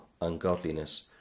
ungodliness